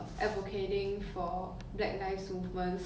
很 cares about other people also